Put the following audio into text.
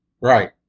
Right